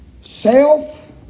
Self